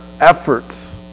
efforts